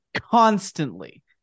constantly